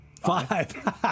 Five